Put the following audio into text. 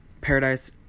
Paradise